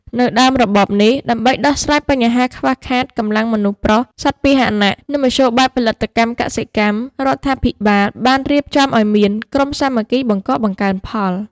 នៅដើមរបបនេះ ដើម្បីដោះស្រាយបញ្ហាខ្វះខាតកម្លាំងមនុស្សប្រុស សត្វពាហនៈ និងមធ្យោបាយផលិតកម្មកសិកម្ម រដ្ឋាភិបាលបានរៀបចំឱ្យមាន "ក្រុមសាមគ្គីបង្កបង្កើនផល"។